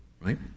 right